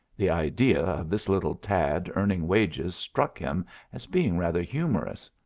the idea of this little tad earning wages struck him as being rather humorous.